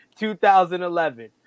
2011